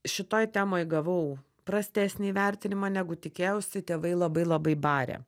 šitoj temoj gavau prastesnį įvertinimą negu tikėjausi tėvai labai labai barė